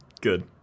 Good